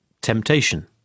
temptation